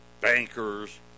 Bankers